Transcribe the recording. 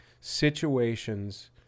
situations